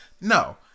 No